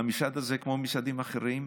המשרד הזה, כמו משרדים אחרים,